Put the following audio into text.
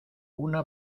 una